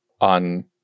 on